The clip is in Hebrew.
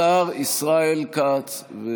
השר ישראל כץ.